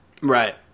Right